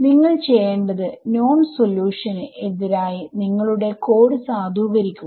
നിങ്ങൾ ചെയ്യേണ്ടത് നോൺ സൊല്യൂഷന്എതിരായി നിങ്ങളുടെ കോഡ് സാദൂകരിക്കുക